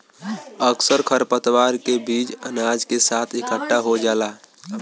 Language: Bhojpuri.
अक्सर खरपतवार के बीज अनाज के साथ इकट्ठा खो जाला